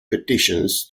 petitions